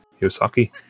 Yosaki